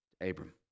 Abram